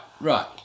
right